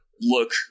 look